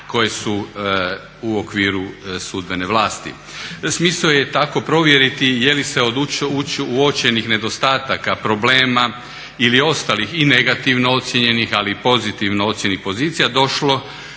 koje su u okviru sudbene vlasti. Smisao je tako provjeriti jeli se od uočenih nedostataka problema ili ostalih negativno ocijenjenih ali pozitivno ocjenjenih pozicija došlo